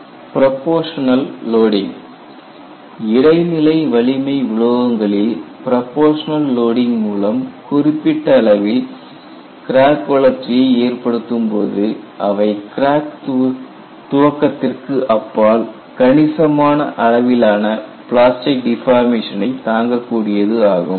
Proportional Loading proportional loading இடைநிலை வலிமை உலோகங்களில் ப்ரொபோஷனல் லோடிங் மூலம் குறிப்பிட்ட அளவில் கிராக் வளர்ச்சியை ஏற்படு த்தும்போது அவை கிராக் துவக்கத்திற்கு அப்பால் கணிசமான அளவிலான பிளாஸ்டிக் டிபார்மேஷனை தாங்கக்கூடியது ஆகும்